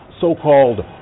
so-called